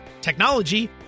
technology